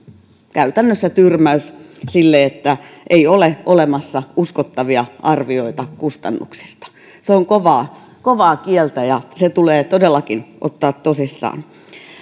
käytännössä tyrmäys sille että ei ole olemassa uskottavia arvioita kustannuksista se on kovaa kovaa kieltä ja se tulee todellakin ottaa tosissaan